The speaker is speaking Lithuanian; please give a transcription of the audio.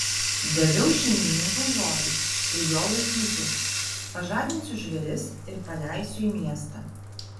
daviau šeimininkui žodį ir jo laikysiuosi pažadinsiu žvėris ir paleisiu į miestą